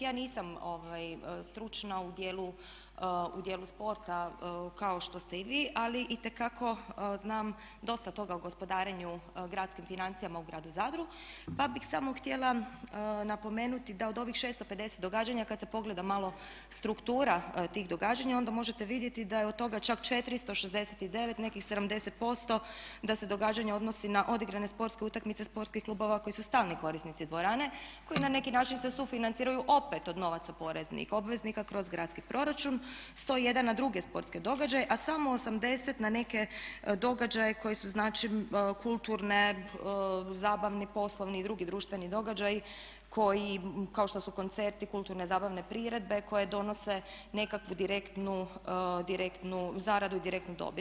Ja nisam stručnjak u dijelu sporta kao što ste vi ali itekako znam dosta toga o gospodarenju gradskim financijama u gradu Zadru pa bih samo htjela napomenuti da od ovih 650 događanja kad se pogleda malo struktura tih događanja onda možete vidjeti da je od toga čak 469 nekih 70% da se događanja odnosi na odigrane sportske utakmice sportskih klubova koji su stalni korisnici dvorane koji na neki način se sufinanciraju opet od novaca poreznih obveznika kroz gradski proračun, 101 na druge sportske događaje, a samo 80 na neke događaje koji su znači kulturne, zabavne, poslovne i drugi društveni događaji kao što su koncerti, kulturne zabavne priredbe koje donose nekakvu direktnu zaradu i direktnu dobit.